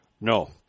No